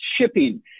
shipping